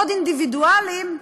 מאוד אינדיבידואליים,